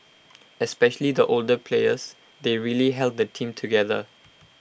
especially the older players they really held the team together